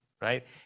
right